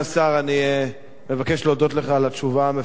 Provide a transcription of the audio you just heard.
אני מבקש להודות לך על התשובה המפורטת,